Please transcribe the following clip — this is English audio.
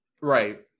Right